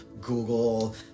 google